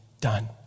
done